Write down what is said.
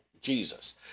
Jesus